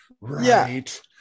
right